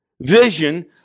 vision